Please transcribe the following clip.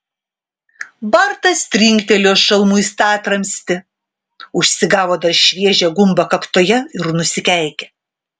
bartas trinktelėjo šalmu į statramstį užsigavo dar šviežią gumbą kaktoje ir nusikeikė